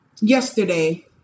yesterday